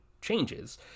changes